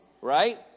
Right